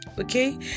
Okay